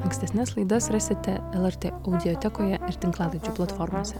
ankstesnes laidas rasite lrt audiotekoje ir tinklalaidžių platformose